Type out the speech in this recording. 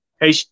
Hey